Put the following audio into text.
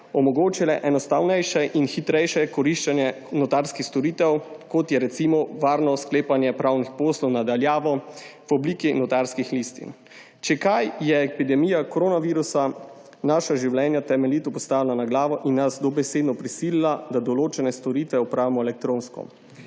omogočile enostavnejše in hitrejše koriščenje notarskih storitev, kot je recimo varno sklepanje pravnih poslov na daljavo v obliki notarskih listin. Če kaj, je epidemija koronavirusa naša življenja temeljito postavila na glavo in nas dobesedno prisilila, da določene storitve opravimo elektronsko,